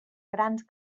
grans